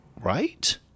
right